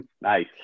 Nice